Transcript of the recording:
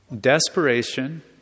desperation